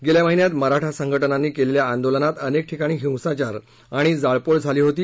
गेल्या महिन्यात मराठा संघटनांनी केलेल्या ीदोलनात अनेक ठिकाणी हिंसाचार ीणि जाळपोळ झाली होती